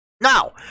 Now